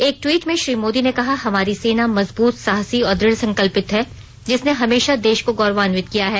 एक ट्वीट में श्री मोदी ने कहा हमारी सेना मजबूत साहसी और दुढ़संकल्पित है जिसने हमेशा देश को गौरवान्वित किया है